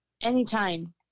anytime